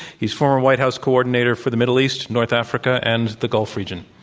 he's former white house coordinator for the middle east, north africa, and the gulf region.